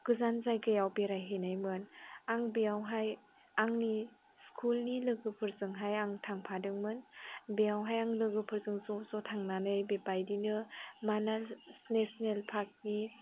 गोजान जायगायाव बेराय हैनायमोन आं बेयावहाय आंनि स्कुलनि लोगोफोरजोंहाय आं थांफादोंमोन बेयावहाय आं लोगोफोरजों ज' ज' थांनानै बेबायदिनो मानास नेसनेल पार्कनि